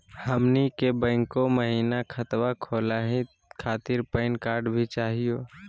हमनी के बैंको महिना खतवा खोलही खातीर पैन कार्ड भी चाहियो?